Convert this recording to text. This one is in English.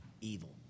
evil